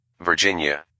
Virginia